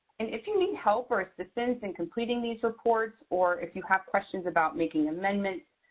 and if you need help or assistance in completing these reports, or if you have questions about making amendments,